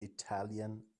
italian